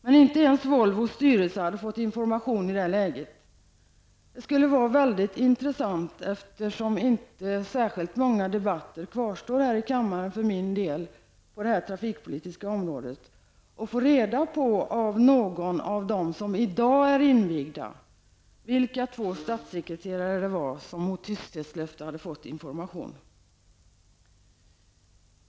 Men inte ens Volvos styrelse hade fått information i det läget. Eftersom det för min del inte återstår särskilt många debatter här i kammaren på det trafikpolitiska området skulle det vara intressant att av någon av dem som i dag är invigda i det här få veta vilka två statssekreterare det är som mot tysthetslöfte har fått information.